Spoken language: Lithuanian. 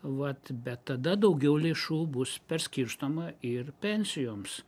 vat bet tada daugiau lėšų bus perskirstoma ir pensijoms